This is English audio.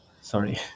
sorry